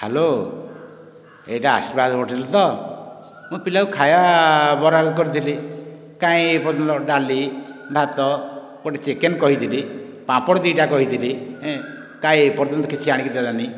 hello ଏଇଟା ଆସ୍ପାରାଜ hotel ତ ମୁଁ ପିଲାକୁ ଖାଇବା ବରାଦ କରିଥିଲି କାହିଁ ଏପର୍ଯ୍ୟନ୍ତ ଡାଲି ଭାତ ଗୋଟେ ଚିକେନ କହିଥିଲି ପାମ୍ପଡ଼ ଦୁଇଟା କହିଥିଲି ଏଁ କାହିଁ ଏପର୍ଯ୍ୟନ୍ତ କିଛି ଆଣିକି ଦେଲାନି